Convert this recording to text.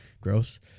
gross